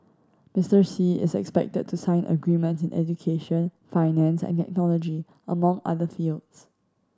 Mister Xi is expected to sign agreement in education finance and technology among other fields